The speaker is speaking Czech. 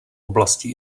oblasti